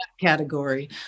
category